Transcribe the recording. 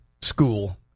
school